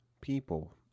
people